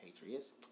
Patriots